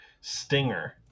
Stinger